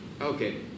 Okay